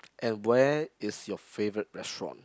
at where is your favorite restaurant